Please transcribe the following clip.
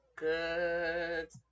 Good